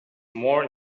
more